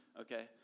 Okay